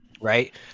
right